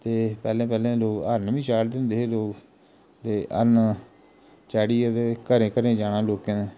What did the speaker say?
ते पैहले पैहले लोक हर्ण बी चाढ़दे हुंदे हे लोक ते हर्ण चाढ़िए ते घरें घरें जाना लोकें दे